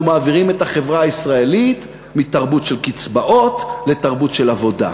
אנחנו מעבירים את החברה הישראלית מתרבות של קצבאות לתרבות של עבודה.